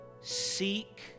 Seek